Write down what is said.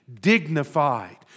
dignified